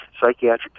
psychiatric